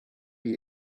you